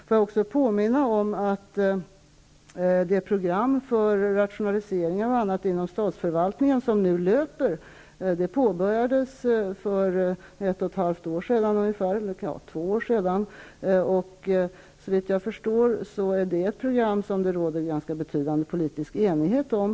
Får jag också påminna om att det program för rationalisering och annat inom statsförvaltningen som nu löper, påbörjades för ett och ett halvt eller två år sedan. Såvitt jag förstår är det ett program som det råder en ganska bety dande politisk enighet om.